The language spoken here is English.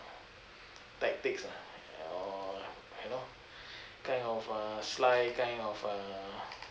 tactics lah or you know kind of uh sly kind of uh